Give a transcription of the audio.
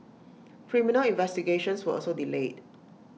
criminal investigations were also delayed